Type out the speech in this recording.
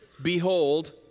Behold